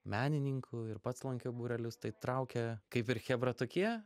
menininkų ir pats lankiau būrelius tai traukė kaip ir chebra tokie